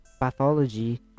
pathology